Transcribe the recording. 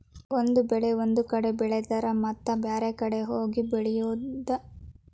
ಒಂದ ಬೆಳೆ ಒಂದ ಕಡೆ ಬೆಳೆದರ ಮತ್ತ ಬ್ಯಾರೆ ಕಡೆ ಹೋಗಿ ಬೆಳಿಯುದ